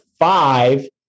five